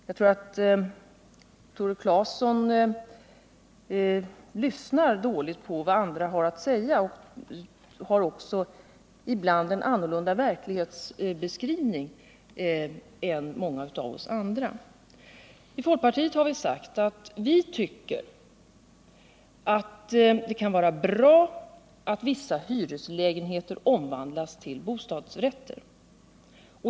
Jag tror att Tore Claeson lyssnar dåligt på vad andra har att säga, samtidigt som han ibland har en annorlunda verklighetsbeskrivning än många av oss andra. I folkpartiet har vi sagt att vi tycker det kan vara bra att vissa hyreslägenheter omvandlas till bostadsrätter.